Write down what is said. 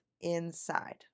inside